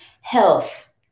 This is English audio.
Health